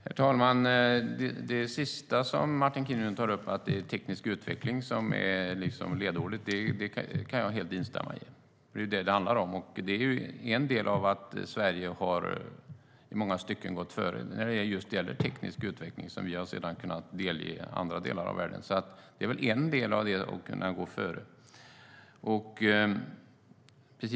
Herr talman! Det sista som Martin Kinnunen tog upp, att det är teknisk utveckling som är ledordet, kan jag helt instämma i. Det är det som det handlar om. Teknisk utveckling är en del i att Sverige i många stycken har gått före, som vi sedan har kunnat delge andra delar av världen. Det är en del i att kunna gå före.